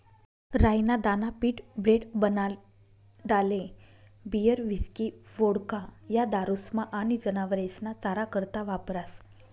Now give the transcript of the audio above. राई ना दाना पीठ, ब्रेड, बनाडाले बीयर, हिस्की, वोडका, या दारुस्मा आनी जनावरेस्ना चारा करता वापरास